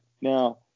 Now